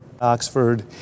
Oxford